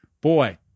boy